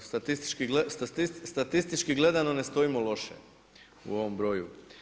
Statistički gledano ne stojimo loše u ovom broju.